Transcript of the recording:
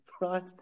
right